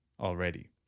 already